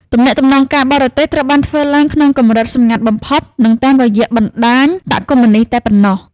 ទំនាក់ទំនងការបរទេសត្រូវបានធ្វើឡើងក្នុងកម្រិតសម្ងាត់បំផុត និងតាមរយៈបណ្ដាញបក្សកុម្មុយនីស្តតែប៉ុណ្ណោះ។